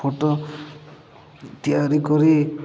photo ତିଆରି କରି